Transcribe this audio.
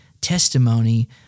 testimony